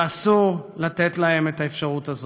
ואסור לתת להם את האפשרות הזו.